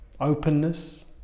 openness